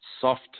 soft